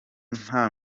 nta